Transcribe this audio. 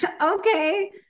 okay